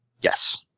Yes